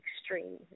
extreme